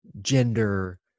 gender